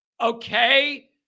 okay